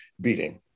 beating